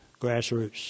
grassroots